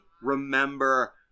remember